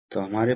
वैसे भी